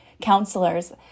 counselors